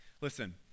Listen